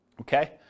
okay